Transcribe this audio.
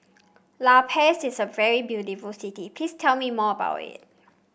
La Paz is a very beautiful city Please tell me more about it